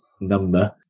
number